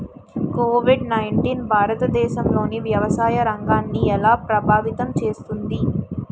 Covid nineteen భారతదేశంలోని వ్యవసాయ రంగాన్ని ఎలా ప్రభావితం చేస్తుంది?